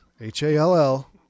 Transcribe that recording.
H-A-L-L